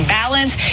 balance